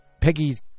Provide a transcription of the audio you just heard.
Peggy's